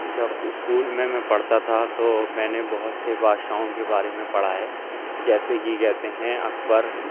جب اسکول میں پڑھتا تھا تو میں نے بہت سے بادشاہوں کے بارے میں پڑھا ہے جیسے کہ کہتے ہیں اکبر